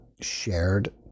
shared